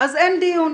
אז אין דיון.